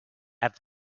have